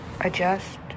Adjust